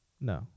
No